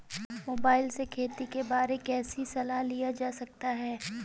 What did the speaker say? Mobile से खेती के बारे कैसे सलाह लिया जा सकता है?